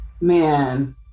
Man